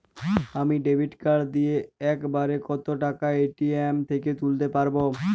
আমি debit card দিয়ে এক বারে কত টাকা এ.টি.এম থেকে তুলতে পারবো?